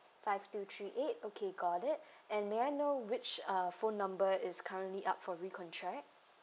five two three eight okay got it and may I know which uh phone number is currently up for recontract